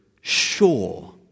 sure